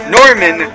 Norman